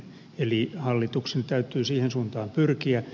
eli hallituksen täytyy siihen suuntaan pyrkiä